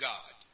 God